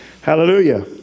Hallelujah